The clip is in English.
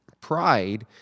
Pride